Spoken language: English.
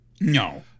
No